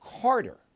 Carter